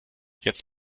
jetzt